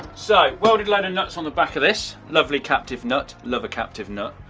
so, welded leaded nuts on the back of this. lovely captive nut, love a captive nut.